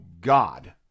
God